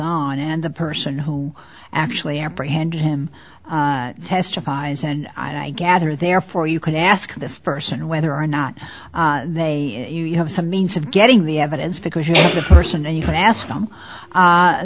on and the person who actually operates and him testifies and i gather therefore you can ask this person whether or not they have some means of getting the evidence because the person then you can ask them